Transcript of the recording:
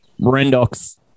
Rendox